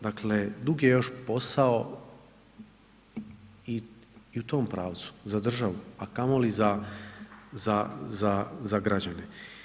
Dakle, dug je još posao i u tom pravcu za državu a kamoli za građane.